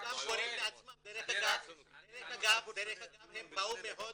דרך אגב, הם באו מהודו,